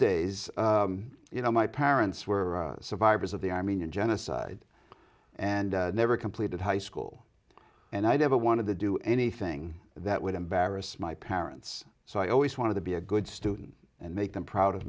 days you know my parents were survivors of the armenian genocide and never completed high school and i never wanted to do anything that would embarrass my parents so i always wanted to be a good student and make them proud of